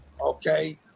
Okay